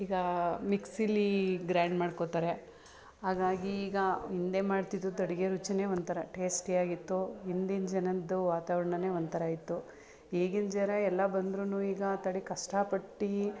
ಈಗ ಮಿಕ್ಸಿಲೀ ಗ್ರೈಂಡ್ ಮಾಡ್ಕೊಳ್ತಾರೆ ಹಾಗಾಗಿ ಈಗ ಹಿಂದೆ ಮಾಡ್ತಿದ್ದಿದ್ದು ಅಡುಗೆ ರುಚಿಯೇ ಒಂಥರ ಟೇಸ್ಟಿಯಾಗಿತ್ತು ಹಿಂದಿನ ಜನದ್ದು ವಾತಾವರಣನೇ ಒಂಥರ ಇತ್ತು ಈಗಿನ ಜನ ಎಲ್ಲ ಬಂದರೂನು ಈಗ ಆ ತಡಿ ಕಷ್ಟ ಪಟ್ಟು